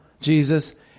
Jesus